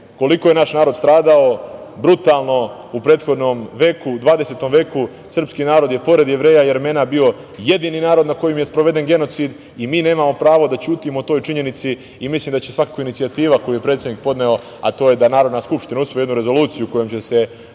koliko je naš narod stradao brutalno u prethodnom veku. U 20. veku srpski narod je pored Jevreja i Jermena bio jedini narod nad kojim je sproveden genocid i mi nemamo pravo da ćutimo o toj činjenici. Mislim da će svakako inicijativa koju je predsednik podneo, a to je da Narodna skupština usvoji jednu rezoluciju kojom će se